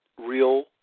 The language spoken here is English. Real